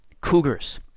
cougars